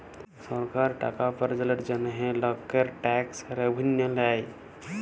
সরকার টাকা উপার্জলের জন্হে লকের ট্যাক্স রেভেন্যু লেয়